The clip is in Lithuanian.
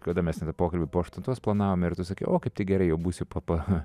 kada mes pokalbį po aštuntos planavome ir tu sakei o kaip tik gerai jau būsiu pa pa